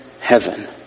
heaven